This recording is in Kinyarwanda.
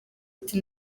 ati